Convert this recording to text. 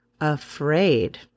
afraid